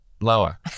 Lower